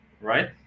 right